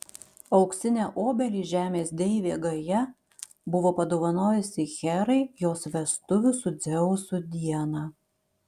auksinę obelį žemės deivė gaja buvo padovanojusi herai jos vestuvių su dzeusu dieną